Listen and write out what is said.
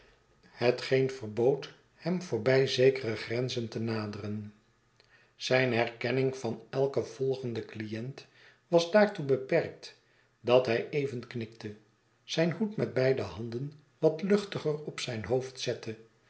hetgeen verbood hem voorbij zekere grenzen te naderen zijne herkenning van elken volgenden client was daartoe beperkt dat hij even knikte zijn hoed met beide handen wat luch tiger op zijn hoofd zette